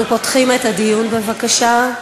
אנחנו פותחים את הדיון, בבקשה.